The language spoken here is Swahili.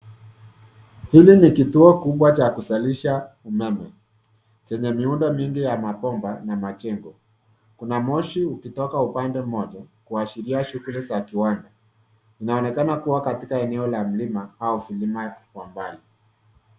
Huyu ni kituo kubwa cha kuzalisha umeme, chenye miundo mingi ya mabomba na majengo. Kuna moshi ukitoka upande mmoja kuashiria shughuli za kiwanda. Inaonekana kuwa katika eneo la mlima au vilima kwa mbali.